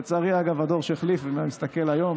לצערי, אגב, הדור שהחליף, אם אני מסתכל היום,